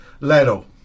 Leto